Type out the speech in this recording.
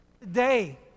today